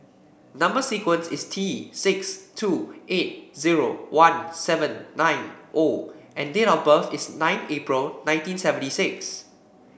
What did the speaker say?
number sequence is T six two eight zero one seven nine O and date of birth is nine April nineteen seventy six